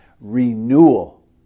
renewal